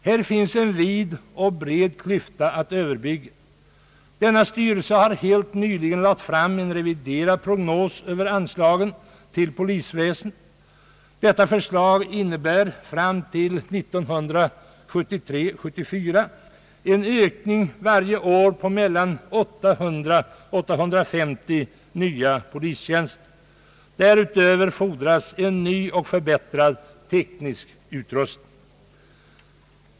Här finns en vid och bred klyfta att överbrygga. Denna styrelse har helt nyligen lagt fram en reviderad prognos över anslagen till polisväsendet. Den innebär fram till 1973—1974 en ökning varje år på mellan 800 och 850 nya polistjänster. Därutöver fordras en ny och förbättrad teknisk utrustning.